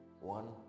One